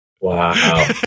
Wow